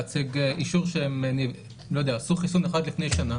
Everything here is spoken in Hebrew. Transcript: להציג אישור שעשו חיסון אחד לפני שנה,